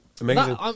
amazing